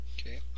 Okay